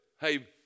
Hey